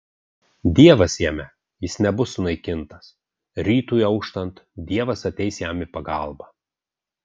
dievas jame jis nebus sunaikintas rytui auštant dievas ateis jam į pagalbą